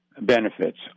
benefits